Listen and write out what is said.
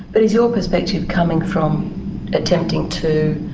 but is your perspective coming from attempting to,